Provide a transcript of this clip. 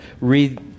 read